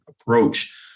approach